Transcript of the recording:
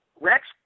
Rex